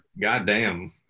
Goddamn